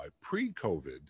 pre-covid